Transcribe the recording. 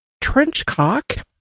Trenchcock